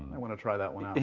i wanna try that one